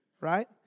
right